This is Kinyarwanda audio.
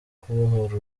kubohora